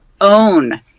own